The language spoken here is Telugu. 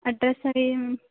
అడ్రస్ అది